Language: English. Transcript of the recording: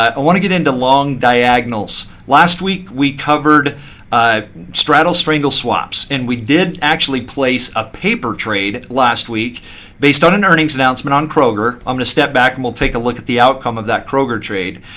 i want to get into long diagonals. last week, we covered straddle strangle swaps, and we did actually place a paper trade last week based on an earnings announcement on kroger. i'm going to step back and we'll take a look at the outcome of that kroger trade.